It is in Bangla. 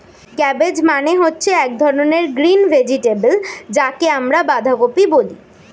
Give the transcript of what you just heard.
ক্যাবেজ মানে হচ্ছে এক ধরনের গ্রিন ভেজিটেবল যাকে আমরা বাঁধাকপি বলি